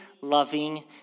loving